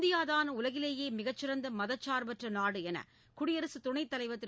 இந்தியாதாள் உலகிலேயே மிகச்சிறந்த மதச்சார்பற்ற நாடு என குடியரசு துணைத்தலைவர் திரு